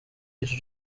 iri